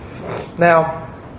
Now